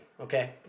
okay